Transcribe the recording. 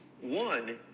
One